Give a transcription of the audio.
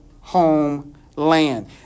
homeland